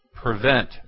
prevent